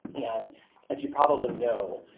and as you probably know,